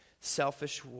selfish